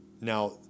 Now